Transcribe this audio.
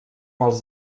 els